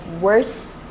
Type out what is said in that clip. worse